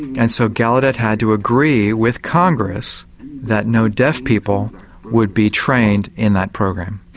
and so gallaudet had to agree with congress that no deaf people would be trained in that program.